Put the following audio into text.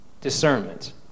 discernment